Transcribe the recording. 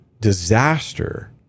disaster